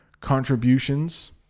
contributions